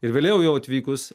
ir vėliau jau atvykus